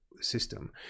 System